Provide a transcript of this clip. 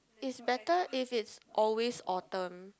is better if it's always autumn